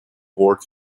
word